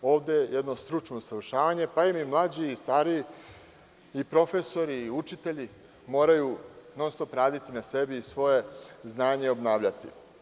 Ovde je jedno stručno usavršavanje, pa i mlađi, stariji, profesori, učitelji, svi moraju non-stop raditi na sebi i svoje znanje obnavljati.